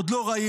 עוד לא ראינו.